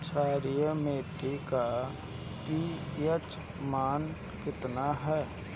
क्षारीय मीट्टी का पी.एच मान कितना ह?